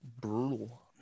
brutal